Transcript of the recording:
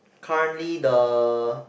currently the